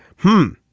hmm.